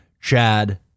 Chad